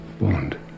Bond